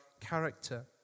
character